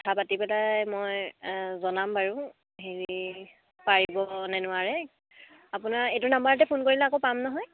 কথা পাতি পেলাই মই জনাম বাৰু হেৰি পাৰিব নে নোৱাৰে আপোনাৰ এইটো নাম্বাৰতে ফোন কৰিলে আকৌ পাম নহয়